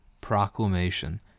proclamation